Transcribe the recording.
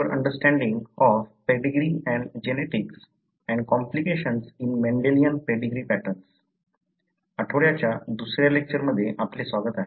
आठवड्याच्या दुसऱ्या लेक्चरमध्ये आपले स्वागत आहे